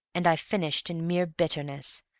and i finished in mere bitterness,